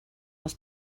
was